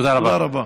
תודה רבה.